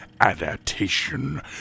adaptation